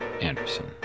Anderson